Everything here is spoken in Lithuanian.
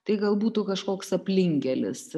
tai gal būtų kažkoks aplinkkelis